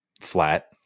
flat